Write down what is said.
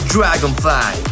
Dragonfly